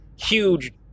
huge